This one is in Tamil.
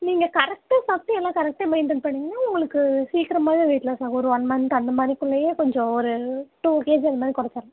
நீங்கள் கரெக்டாக சாப்பிட்டு எல்லாம் கரெக்டாக மெயின்டென் பண்ணீங்கன்னால் உங்களுக்கு சீக்கிரமாகவே வெயிட் லாஸ் ஆகும் ஒரு ஒன் மந்த் அந்த மாதிரிக்குள்ளேயே கொஞ்சம் ஒரு டூ கேஜி அது மாதிரி கொறைச்சிர்லாம்